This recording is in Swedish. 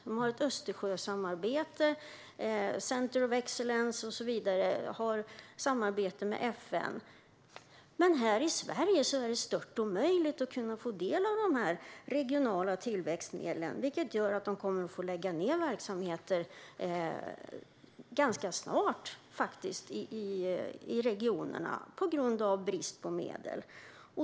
De har ett Östersjösamarbete, Center of Excellence, och så vidare, och har samarbete med FN. Men här i Sverige är det stört omöjligt att kunna få del av de regionala tillväxtmedlen. Det gör att de kommer att få lägga ned verksamheter ganska snart i regionerna på grund av brist på medel.